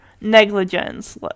negligence